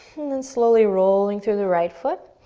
and then slowly rolling through the right foot,